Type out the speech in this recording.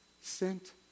sent